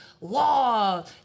law